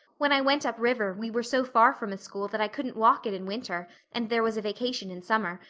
when i went up river we were so far from a school that i couldn't walk it in winter and there was a vacation in summer,